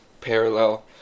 parallel